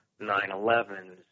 9-11s